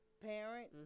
parent